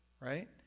Right